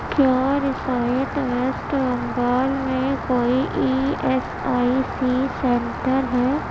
کیا رسایت ویسٹ بنگال میں کوئی E S I C centre ہے